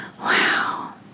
Wow